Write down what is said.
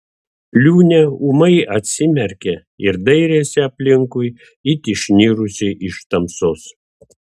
liūnė ūmai atsimerkė ir dairėsi aplinkui it išnirusi iš tamsos